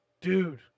Dude